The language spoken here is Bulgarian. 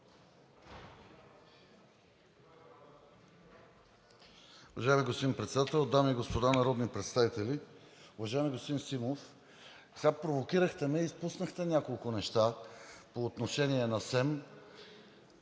Уважаеми господин Председател, дами и господа народни представители! Уважаеми господин Симов, сега ме провокирахте, изпуснахте няколко неща по отношение на СЕМ.